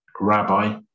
Rabbi